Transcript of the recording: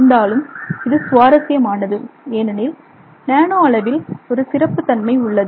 இருந்தாலும் இது சுவாரஸ்யமானது ஏனெனில் நானோ அளவில் ஒரு சிறப்புத்தன்மை உள்ளது